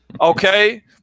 Okay